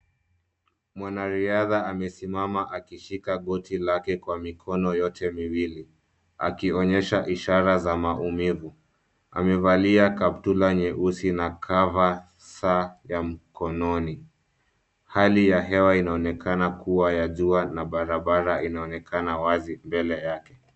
Mwanariadha anasimama akishika goti lake kwa mikono yote miwili, akionyesha ishara za maumivu. Amevalia kaptula nyeusi na kava saa mkononi. Hali ya hewa inaonekana kuwa ya jua na barabara ninaonekana wazi mbele yake.